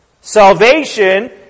Salvation